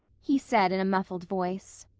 he said in a muffled voice.